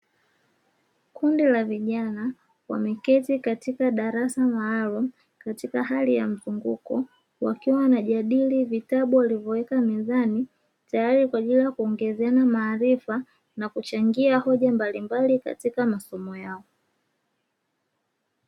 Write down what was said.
Kundi la vijana wameketi katika darasa maalumu, katika hali ya mzunguko wakiwa wanajadili vitabu alivyoweka mezani tayari kwa ajili ya kuongezeana maarifa na kuchangia hoja mbalimbali katika masomo yao.